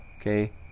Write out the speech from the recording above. Okay